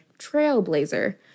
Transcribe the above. trailblazer